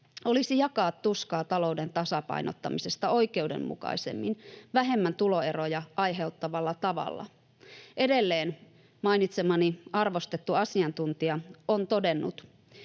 olisi jakaa tuskaa talouden tasapainottamisesta oikeudenmukaisemmin ja vähemmän tuloeroja aiheuttavalla tavalla. Edelleen mainitsemani arvostettu asiantuntija on todennut: